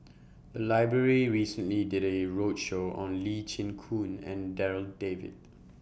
The Library recently did A roadshow on Lee Chin Koon and Darryl David